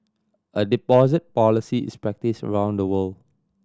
a deposit policy is practised around the world